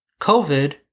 covid